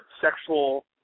sexual